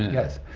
yes,